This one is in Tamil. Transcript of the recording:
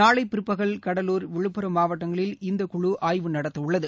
நாளை பிற்பகல் கடலூர் விழுப்புரம் மாவட்டங்களில் இந்தக்குழு ஆய்வு நடத்தவுள்ளது